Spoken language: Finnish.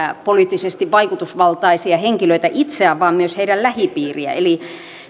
poliittisesti vaikutusvaltaisia henkilöitä itseään vaan myös heidän lähipiiriään eli